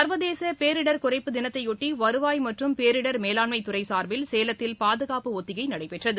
சர்வதேச பேரிடர் குறைப்பு தினத்தையொட்டி வருவாய் மற்றும் பேரிடர் மேலாண்மைத்துறை சார்பில் சேலத்தில் பாதுகாப்பு ஒத்திகை நடடபெற்றது